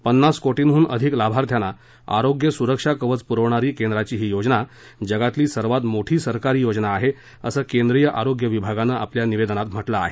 पन्नास कोटीहून अधिक लाभार्थ्यांना आरोग्य सुरक्षा कवच पुरवणारी केंद्राची हि योजना जगातली सर्वात मोठी सरकारी योजना आहे असं केंद्रीयं आरोग्य विभागानं आपल्या निवेदनात म्हटलं आहे